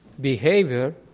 behavior